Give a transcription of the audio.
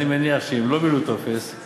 אני מניח שאם הם לא מילאו טופס,